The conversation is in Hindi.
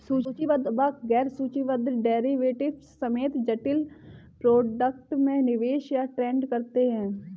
सूचीबद्ध व गैर सूचीबद्ध डेरिवेटिव्स समेत जटिल प्रोडक्ट में निवेश या ट्रेड करते हैं